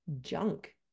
junk